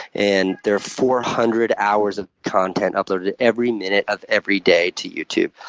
and there are four hundred hours of content uploaded every minute of every day to youtube.